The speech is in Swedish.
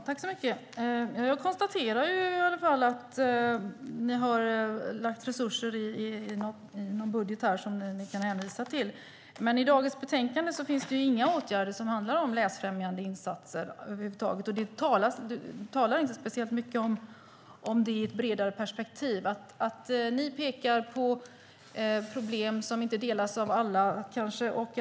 Herr talman! Jag konstaterar att Sverigedemokraterna har lagt resurser i någon budget som de kan hänvisa till, men i dagens betänkande finns inga åtgärder som handlar om läsfrämjande insatser över huvud taget. Du talar inte speciellt mycket om det i ett bredare perspektiv, Mattias Karlsson, och ni pekar på problem som inte alla tycker finns.